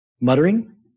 muttering